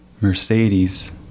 Mercedes